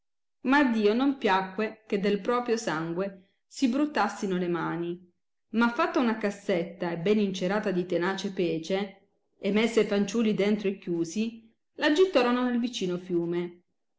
ma a dio non piacque che del propio sangue si bruttassino le mani ma fatta una cassetta e ben incerata di tenace pece e messi e fanciulli dentro e chiusi la gittorono nel vicino fiume